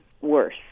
worse